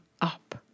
up